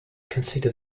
consider